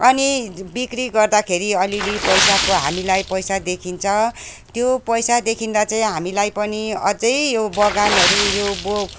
अनि बिक्री गर्दाखेरि अलिलि पैसाको हामीलाई पैसा देखिन्छ त्यो पैसा देखिँदा चाहिँ हामीलाई पनि अझै यो बगानहरू यो बो